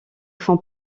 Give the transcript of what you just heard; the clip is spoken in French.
font